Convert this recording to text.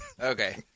Okay